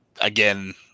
again